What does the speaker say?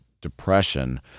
depression